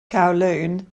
kowloon